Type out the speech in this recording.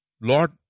Lord